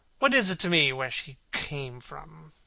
what is it to me where she came from?